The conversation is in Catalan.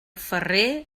ferrer